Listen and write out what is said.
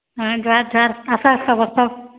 ହଁ ଜୁହାର୍ ଜୁହାର୍ ଆସ ଆସ ବସ